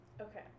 Okay